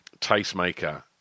Tastemaker